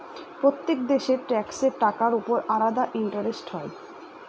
প্রত্যেক দেশের ট্যাক্সের টাকার উপর আলাদা ইন্টারেস্ট হয়